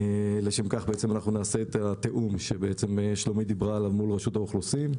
לשם כך נעשה את התיאום ששלומית דיברה עליו מול רשות האוכלוסין.